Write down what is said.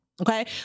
Okay